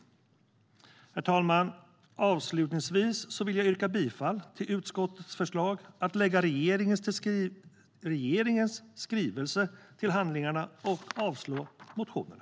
Herr talman! Avslutningsvis yrkar jag bifall till utskottets förslag att lägga regeringens skrivelse till handlingarna och avslå motionerna.